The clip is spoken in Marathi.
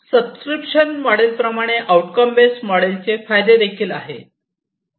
सबस्क्रीप्शन मोडेल प्रमाणे आउटकम बेस्ट मोडेल चे फायदे देखील आहे